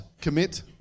commit